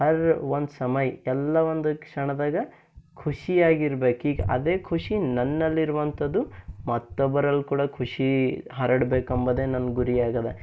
ಹರ್ ಒಂದು ಸಮಯ ಎಲ್ಲ ಒಂದು ಕ್ಷಣದಾಗ ಖುಷಿಯಾಗಿರ್ಬೇಕು ಈಗ ಅದೇ ಖುಷಿ ನನ್ನಲ್ಲಿರುವಂಥದ್ದು ಮತ್ತೊಬ್ಬರಲ್ಲಿ ಕೂಡ ಖುಷಿ ಹರಡ ಬೇಕು ಅಂಬೊದೆ ನನ್ನ ಗುರಿಯಾಗದ